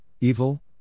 evil